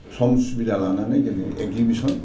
सम सुबिदा लानानै जोङो एकजिबिसन